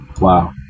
Wow